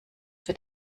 wird